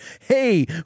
hey